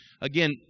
Again